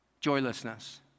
Joylessness